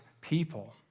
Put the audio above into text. people